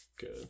Good